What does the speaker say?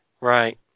right